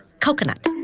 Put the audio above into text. coconut,